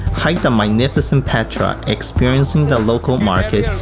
hiking the magnificent petra, experiencing the local markets,